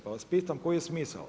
Pa vas pitam koji je smisao?